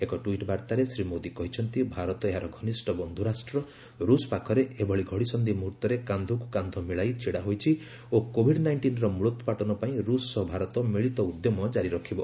ଏକ ଟ୍ୱିଟ୍ ବାର୍ତ୍ତାରେ ଶ୍ରୀ ମୋଦୀ କହିଛନ୍ତି ଭାରତ ଏହାର ଘନିଷ୍ଠ ବନ୍ଧୁ ରାଷ୍ଟ୍ର ରୁଷ ପାଖରେ ଏଭଳି ଘଡ଼ିସନ୍ଧି ମୁହୂର୍ତ୍ତରେ କାନ୍ଧକୁ କାନ୍ଧ ମିଳାଇ ଛିଡ଼ା ହୋଇଛି ଓ କୋଭିଡ୍ ନାଇଷ୍ଟିନ୍ର ମୂଳୋତ୍ପାଟନ ପାଇଁ ରୁଷ ସହ ଭାରତ ମିଳିତ ଉଦ୍ୟମ କାରି ରଖିବ